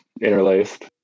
interlaced